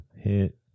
hit